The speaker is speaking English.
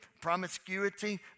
promiscuity